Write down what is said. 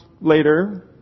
later